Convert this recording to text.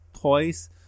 toys